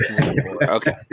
Okay